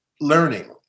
learning